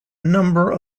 number